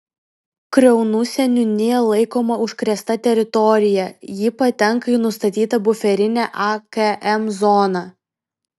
kriaunų seniūnija laikoma užkrėsta teritorija ji patenka į nustatytą buferinę akm zoną